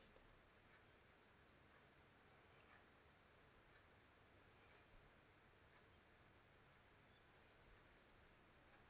uh uh uh